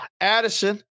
Addison